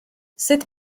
sut